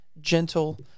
gentle